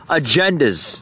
agendas